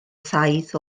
saith